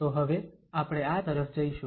તો હવે આપણે આ તરફ જઈશું